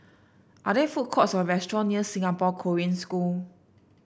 are there food courts or restaurant near Singapore Korean School